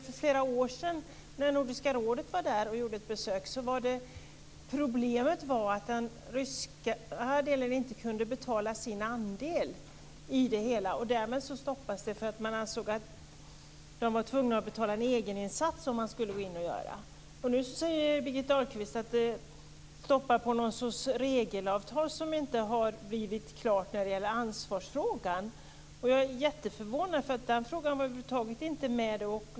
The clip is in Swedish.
För flera år sedan när Nordiska rådet gjorde ett besök där var problemet att Ryssland inte kunde betala sin andel i det hela. Därmed stoppades det. Man ansåg att de var tvungna att betala en egeninsats. Nu talar Birgitta Ahlqvist om stoppet och om en sorts regelavtal som inte blivit klart i ansvarsfrågan. Jag blir då väldigt förvånad, för den frågan fanns över huvud taget inte med.